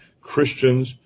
Christians